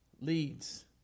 leads